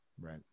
Right